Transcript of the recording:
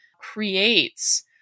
creates